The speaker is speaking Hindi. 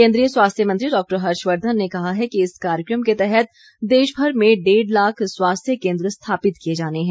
केन्द्रीय स्वास्थ्य मंत्री डॉक्टर हर्षवर्धन ने कहा है कि इस कार्यक्रम के तहत देशभर में डेढ़ लाख स्वास्थ्य केन्द्र स्थापित किये जाने हैं